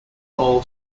all